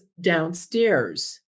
downstairs